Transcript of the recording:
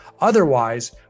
Otherwise